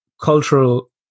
cultural